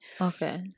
Okay